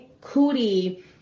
Cootie